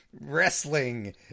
Wrestling